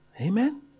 Amen